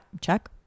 check